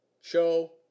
Show